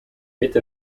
witte